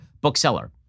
bookseller